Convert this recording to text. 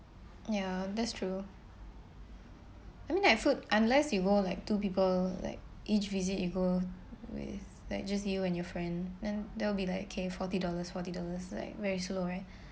ya that's true I mean like food unless you go like two people like each visit you go with like just you and your friend then they'll be like okay forty dollars forty dollars like very slow right